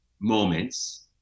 moments